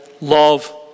love